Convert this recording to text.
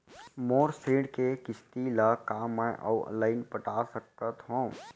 मोर ऋण के किसती ला का मैं अऊ लाइन पटा सकत हव?